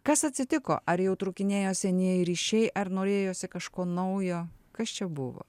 kas atsitiko ar jau trūkinėjo senieji ryšiai ar norėjosi kažko naujo kas čia buvo